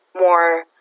more